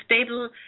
stable